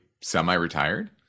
semi-retired